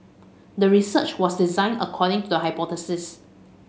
the research was designed according to the hypothesis